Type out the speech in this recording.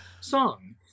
song